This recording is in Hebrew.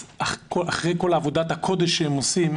אחרי כל עבודת הקודש שהם עושים,